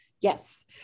Yes